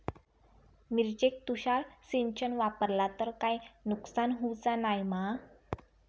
मिरचेक तुषार सिंचन वापरला तर काय नुकसान होऊचा नाय मा?